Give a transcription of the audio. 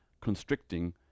constricting